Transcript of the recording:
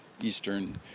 Eastern